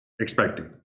expecting